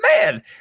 man